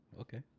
Okay